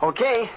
Okay